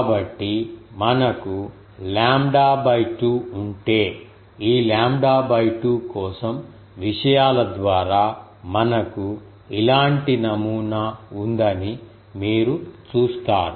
కాబట్టి మనకు లాంబ్డా 2 ఉంటే ఈ లాంబ్డా 2 కోసం విషయాల ద్వారా మనకు ఇలాంటి నమూనా ఉందని మీరు చూస్తారు